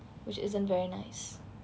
which isn't very nice